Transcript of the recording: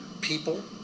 people